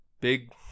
big